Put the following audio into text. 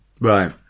Right